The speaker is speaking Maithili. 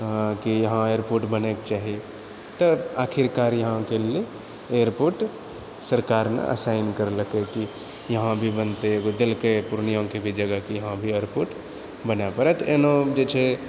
कि हँ एअरपोर्ट बनएके चाही तऽ आखिरकार यहाँके लिअऽ एअरपोर्ट सरकारमे असाइन करलकै कि यहाँ भी बनतै एगो देलकै पूर्णियामे भी एगो जगह जे हँ यहाँ भी एअरपोर्ट बनाए पड़त एना जे छै